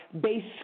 base